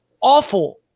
Awful